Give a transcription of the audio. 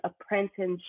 apprenticeship